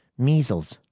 measles!